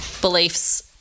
beliefs